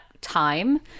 time